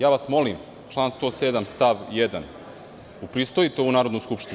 Ja vas molim, član 107. stav 1, upristojite ovu Narodnu skupštinu.